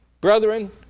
Brethren